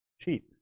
cheap